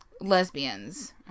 lesbians